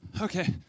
Okay